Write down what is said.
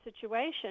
situation